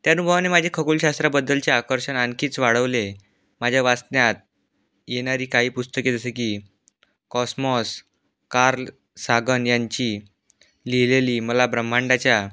त्या अनुभवाने माझे खगोलशास्त्राबद्दलचे आकर्षण आणखीच वाढवले माझ्या वाचण्यात येणारी काही पुस्तके जसं की कॉस्मॉस कार सागन यांची लिहिलेली मला ब्रह्मांडाच्या